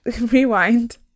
rewind